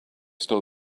still